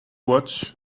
watch